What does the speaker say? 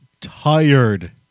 tired